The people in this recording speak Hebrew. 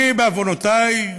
בעוונותי,